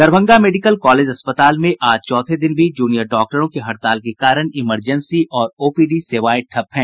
Darbhanga medical college अस्पताल में आज चौथे दिन भी जूनियर डॉक्टरों की हड़ताल के कारण इमरजेंसी और ओपीडी सेवाएं ठप हैं